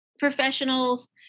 professionals